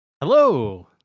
Hello